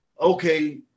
okay